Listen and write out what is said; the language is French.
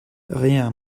rien